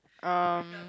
um